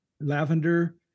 lavender